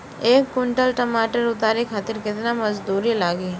एक कुंटल टमाटर उतारे खातिर केतना मजदूरी लागी?